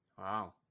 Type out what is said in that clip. Wow